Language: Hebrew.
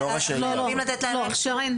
הם לא רשאים לעבוד.